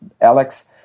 Alex